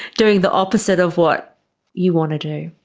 doing the opposite of what you want to do.